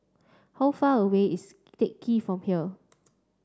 how far away is Teck Ghee from here